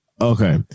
Okay